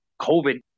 COVID